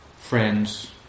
friends